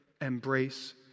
embrace